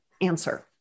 answer